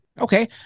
Okay